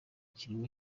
kirimo